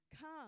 Come